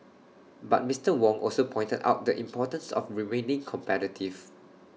but Mister Wong also pointed out the importance of remaining competitive